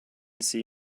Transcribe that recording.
see